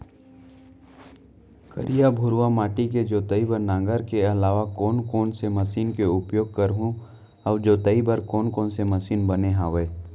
करिया, भुरवा माटी के जोताई बर नांगर के अलावा कोन कोन से मशीन के उपयोग करहुं अऊ जोताई बर कोन कोन से मशीन बने हावे?